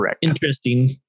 interesting